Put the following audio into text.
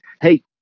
hey